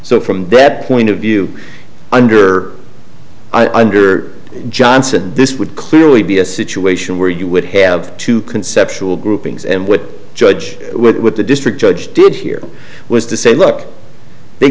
so from beppe point of view under i under johnson this would clearly be a situation where you would have two conceptual groupings and would judge what the district judge did here was to say look they